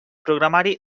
programari